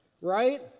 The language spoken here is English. right